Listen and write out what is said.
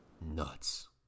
nuts